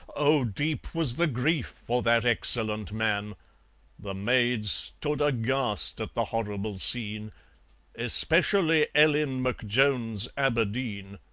oh! deep was the grief for that excellent man the maids stood aghast at the horrible scene especially ellen mcjones aberdeen.